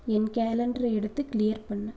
என் கேலண்டரை எடுத்து கிளியர் பண்ணு